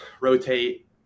rotate